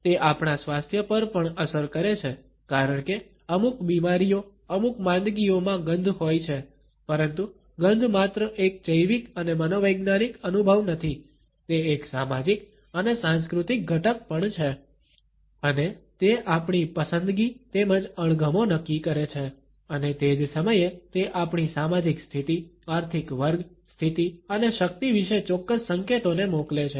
તે આપણા સ્વાસ્થ્ય પર પણ અસર કરે છે કારણ કે અમુક બીમારીઓ અમુક માંદગીઓમાં ગંધ હોય છે પરંતુ ગંધ માત્ર એક જૈવિક અને મનોવૈજ્ઞાનિક અનુભવ નથી તે એક સામાજિક અને સાંસ્કૃતિક ઘટક પણ છે અને તે આપણી પસંદગી તેમજ અણગમો નક્કી કરે છે અને તે જ સમયે તે આપણી સામાજિક સ્થિતિ આર્થિક વર્ગ સ્થિતિ અને શક્તિ વિશે ચોક્કસ સંકેતોને મોકલે છે